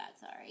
sorry